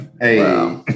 Hey